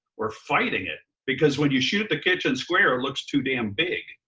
we're fighting it, because when you shoot the kitchen square it looks too damn big.